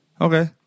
Okay